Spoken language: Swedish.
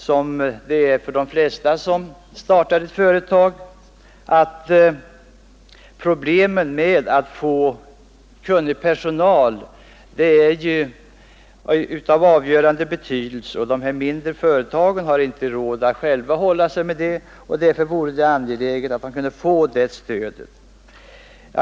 Som för de flesta som startar ett företag är problemet att få kunnig personal av avgörande betydelse, och de mindre företagen har inte råd att hålla sig med sådan personal, och därför vore det angeläget att de kunde få det stödet.